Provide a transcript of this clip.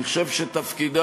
אני חושב שתפקידה,